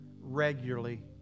regularly